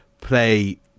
play